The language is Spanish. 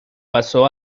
pasó